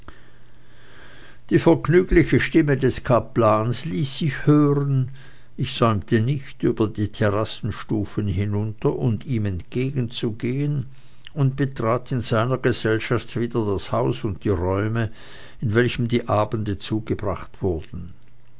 die vergnügliche stimme des kaplans ließ sich hören ich säumte nicht über die terrassenstufen hinunter und ihm entgegenzugehen und betrat in seiner gesellschaft wieder das haus und die räume in welchen die abende zugebracht wurden